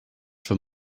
for